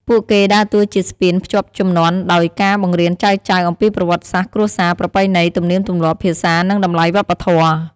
ពួកគេដើរតួជាស្ពានភ្ជាប់ជំនាន់ដោយការបង្រៀនចៅៗអំពីប្រវត្តិសាស្រ្តគ្រួសារ ប្រពៃណី ទំនៀមទម្លាប់ ភាសា និងតម្លៃវប្បធម៌។